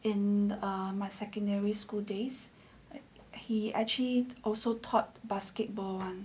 in err my secondary school days he actually also taught basketball [one]